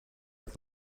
fact